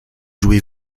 jouez